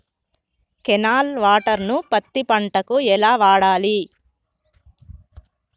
Canal water ను పత్తి పంట కి ఎలా వాడాలి?